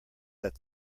that